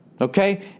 okay